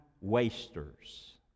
wasters